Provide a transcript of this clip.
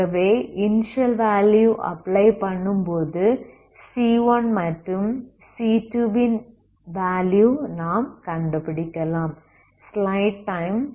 ஆகவே initial value apply பண்ணும்போது c1 மற்றும் c2 வின் வேல்யூ நாம் கண்டுபிடிக்கலாம்